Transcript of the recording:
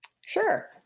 Sure